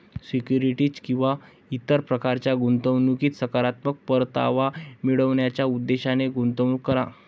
securities किंवा इतर प्रकारच्या गुंतवणुकीत सकारात्मक परतावा मिळवण्याच्या उद्देशाने गुंतवणूक करा